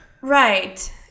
Right